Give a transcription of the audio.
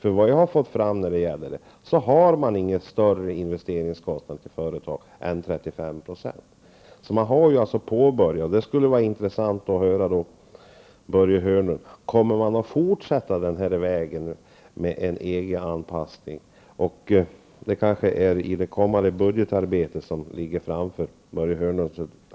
Såvitt jag har erfarit överstiger investeringskostnaderna när det gäller företagen inte 35 %. Här har alltså ett arbete påbörjats. Men det skulle vara intressant att få veta, Börje Hörnlund, om man kommer att fortsätta på den inslagna vägen beträffande EG-anpassningen. Kanske vill Börje Hörnlund med tanke på det kommande budgetarbetet inte avslöja hur det förhåller sig.